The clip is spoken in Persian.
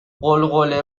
غلغله